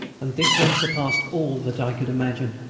and this one surpassed all that i could imagine.